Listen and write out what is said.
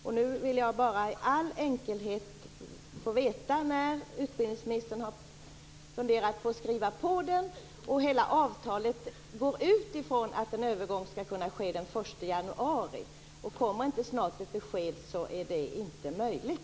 Jag vill i all enkelhet få veta när utbildningsministern har tänkt skriva på den. Hela avtalet utgår ifrån att en övergång skall kunna ske den 1 januari. Om det inte kommer ett besked snart är det inte möjligt.